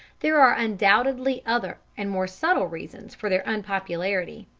there are undoubtedly other and more subtle reasons for their unpopularity.